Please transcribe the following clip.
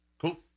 Cool